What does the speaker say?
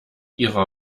ihrer